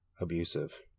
abusive